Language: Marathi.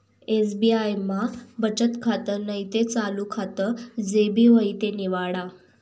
एस.बी.आय मा बचत खातं नैते चालू खातं जे भी व्हयी ते निवाडा